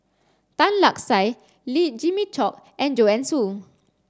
Tan Lark Sye Jimmy Chok and Joanne Soo